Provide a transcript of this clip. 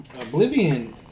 Oblivion